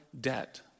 debt